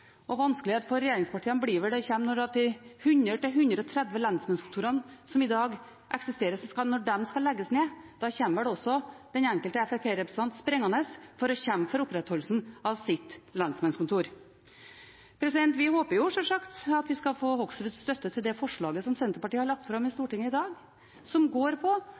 vanskelighet for regjeringspartiene kommer vel når de 100–130 lensmannskontorene som i dag eksisterer, skal legges ned. Da kommer vel også den enkelte Fremskrittsparti-representant springende for å kjempe for opprettholdelsen av sitt lensmannskontor. Vi håper sjølsagt at vi skal få Hoksruds støtte til det forslaget som Senterpartiet har lagt fram i Stortinget i dag, som går på